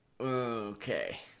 okay